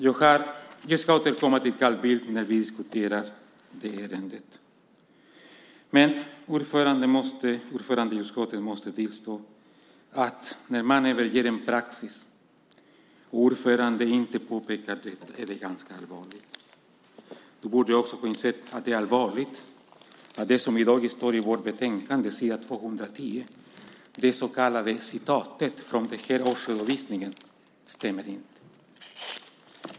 Jag ska återkomma till Carl Bildt när vi diskuterar det ärendet. Ordföranden i utskottet måste tillstå att när man överger en praxis och ordföranden inte påpekar det är det ganska allvarligt. Du borde också ha insett att det är allvarligt att det som i dag står i vårt betänkande på s. 210, det så kallade citatet från årsredovisningen, inte stämmer.